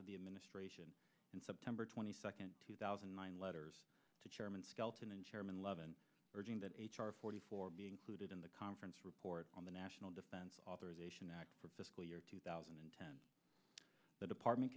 of the administration in september twenty second two thousand and nine letters to chairman skelton and chairman levin urging that h r forty four be included in the conference report on the national defense authorization act for fiscal year two thousand and ten the department